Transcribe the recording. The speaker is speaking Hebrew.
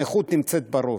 הנכות היא נמצאת בראש,